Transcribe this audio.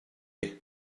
est